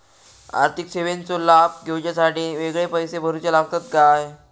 आर्थिक सेवेंचो लाभ घेवच्यासाठी वेगळे पैसे भरुचे लागतत काय?